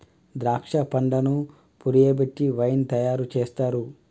ద్రాక్ష పండ్లను పులియబెట్టి వైన్ తయారు చేస్తారు